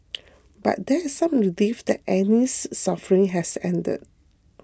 but there is some relief that Annie's suffering has ended